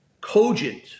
cogent